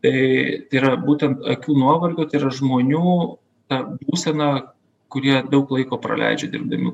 tai tai yra būtent akių nuovargio tai yra žmonių ta būsena kurie daug laiko praleidžia dirbdami